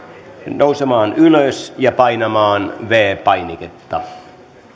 nousemaan ylös ja painamaan viides painiketta